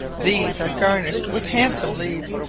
these are garnished with handsome leaves,